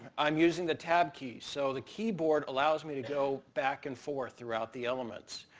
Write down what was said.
i'm using the tab keys, so the keyboard allows me to go back and forth throughout the elements.